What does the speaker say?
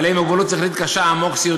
בעלי מוגבלות שכלית קשה/עמוק/סיעודיים,